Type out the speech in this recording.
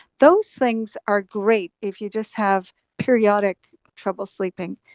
those things are great if you just have periodic trouble sleeping,